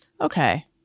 Okay